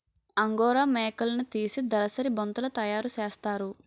angora మేకలున్నితీసి దలసరి బొంతలు తయారసేస్తారు